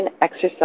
exercise